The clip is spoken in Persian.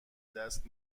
دست